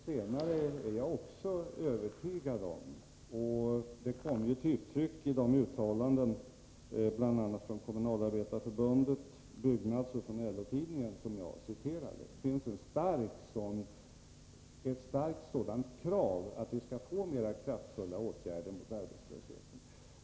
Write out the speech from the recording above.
Herr talman! Det senare är jag också övertygad om. Det kom till uttryck bl.a. i de uttalanden från Kommunalarbetareförbundet, Byggnads och LO-tidningen som jag citerade. Det finns ett starkt krav på mera kraftfulla åtgärder mot arbetslösheten.